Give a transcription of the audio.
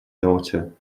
daughter